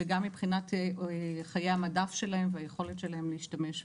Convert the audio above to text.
וגם מבחינת חיי המדף שלהם והיכולת שלהם להשתמש.